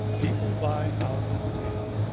people buy houses in